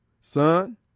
son